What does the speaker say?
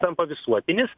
tampa visuotinis